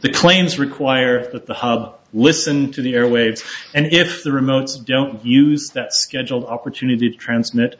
the claims require that the listen to the airwaves and if the remotes don't use that schedule opportunity to transmit